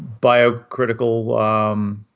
biocritical